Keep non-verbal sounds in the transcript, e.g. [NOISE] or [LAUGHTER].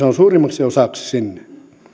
[UNINTELLIGIBLE] on suurimmaksi osaksi sinne